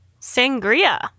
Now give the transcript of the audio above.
Sangria